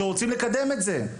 שרוצים לקדם את זה,